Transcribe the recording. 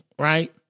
Right